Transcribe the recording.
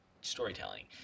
storytelling